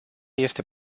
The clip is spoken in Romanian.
este